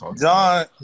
John